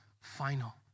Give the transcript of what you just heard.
final